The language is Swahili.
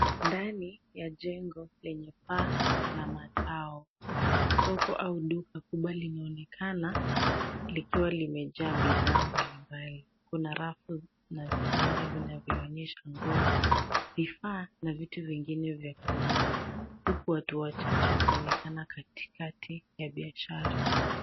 Ndani ya jengo lenye paa la matao. Soko au duka kubwa linaonekana likiwa limejaa bidhaa mbalimbali. Kuna rafu na vibanda vinavyoonyesha nguo, vifaa na vitu vingine vya kuuzwa, huku watu wachache wakionekana katikati ya biashara.